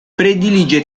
predilige